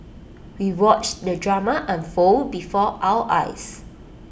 we watched the drama unfold before our eyes